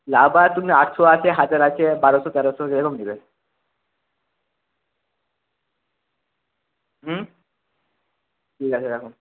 lava তুমি আটশো আছে হাজার আছে বারোশো তেরোশো যেরকম নেবে হুম ঠিক আছে রাখুন